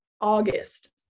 August